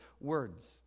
words